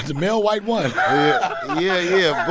male white won yeah. yeah,